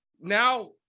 now